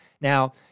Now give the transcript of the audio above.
Now